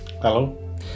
Hello